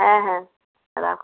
হ্যাঁ হ্যাঁ রাখো